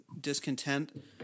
discontent